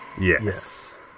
Yes